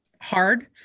hard